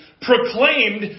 proclaimed